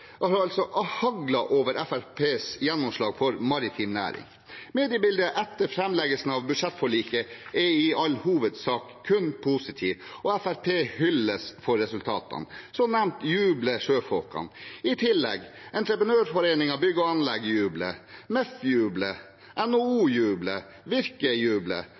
altså haglet over Fremskrittspartiets gjennomslag for maritim næring. Mediebildet etter framleggelsen av budsjettforliket er i all hovedsak kun positiv, og Fremskrittspartiet hylles for resultatene. Som nevnt jubler sjøfolkene. I tillegg: Entreprenørforeningen – Bygg og Anlegg jubler. MEF jubler. NHO jubler. Virke